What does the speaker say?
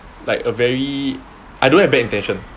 like a very I don't have bad intention